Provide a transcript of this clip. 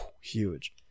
huge